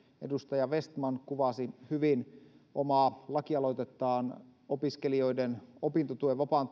edustaja vestman kuvasi hyvin omaa lakialoitettaan opiskelijoiden opintotuen vapaan